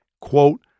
quote